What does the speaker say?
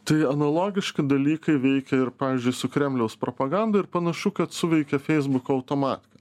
tai analogiški dalykai veikia ir pavyzdžiui su kremliaus propaganda ir panašu kad suveikė feisbuko automatika